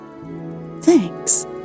Thanks